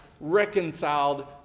Reconciled